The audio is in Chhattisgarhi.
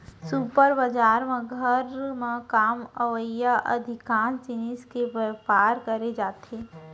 सुपर बजार म घर म काम अवइया अधिकांस जिनिस के बयपार करे जाथे